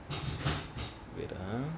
with um